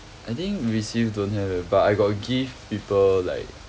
I think receive don't have eh but I got give people like